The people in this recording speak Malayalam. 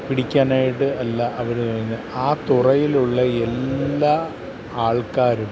പിടിക്കാനായിട്ട് അല്ല അതിനു വരുന്ന ആ തുറയിലുള്ള എല്ലാ ആൾക്കാരും